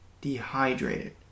dehydrated